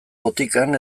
botikan